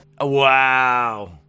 Wow